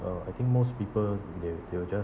uh I think most people they they'll just